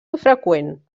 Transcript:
infreqüent